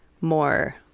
more